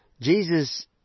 Jesus